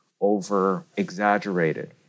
over-exaggerated